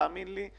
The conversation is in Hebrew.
תאמין לי,